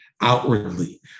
outwardly